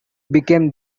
become